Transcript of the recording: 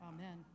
Amen